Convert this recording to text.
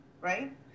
right